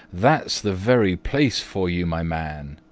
that's the very place for you, my man!